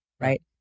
right